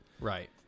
Right